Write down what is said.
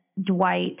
dwight